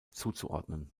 zuzuordnen